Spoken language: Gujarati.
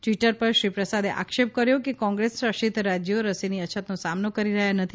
ટ્વીટર પર શ્રી પ્રસાદે આક્ષેપ કર્યો કે કોંગ્રેસ શાસિત રાજ્યો રસીની અછતનો સામનો કરી રહ્યા નથી